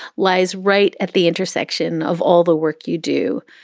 lies right at the intersection of all the work you do,